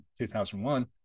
2001